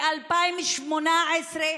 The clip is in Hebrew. ב-2018,